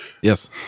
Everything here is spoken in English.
Yes